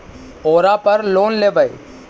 ओरापर लोन लेवै?